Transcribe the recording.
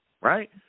right